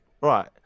Right